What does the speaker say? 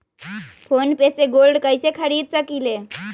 Phone पे से gold कईसे खरीद सकीले?